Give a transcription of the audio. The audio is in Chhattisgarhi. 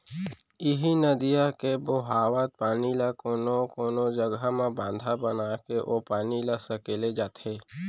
इहीं नदिया के बोहावत पानी ल कोनो कोनो जघा म बांधा बनाके ओ पानी ल सकेले जाथे